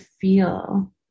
feel